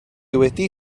wedi